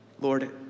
Lord